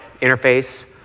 interface